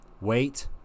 Wait